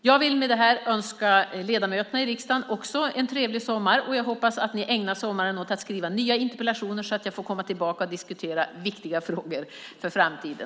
Jag vill med detta önska ledamöterna i riksdagen en trevlig sommar. Jag hoppas att ni ägnar sommaren åt att skriva nya interpellationer så att jag får komma tillbaka och diskutera viktiga frågor för framtiden.